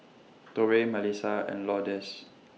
Torey Mellisa and Lourdes